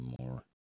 more